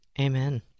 Amen